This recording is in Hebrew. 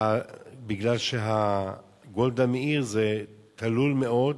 מכיוון שכביש גולדה מאיר תלול מאוד,